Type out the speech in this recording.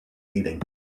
eating